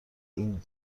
این